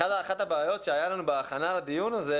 אחת הבעיות שהיה לנו בהכנה לדיון הזה,